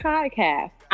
Podcast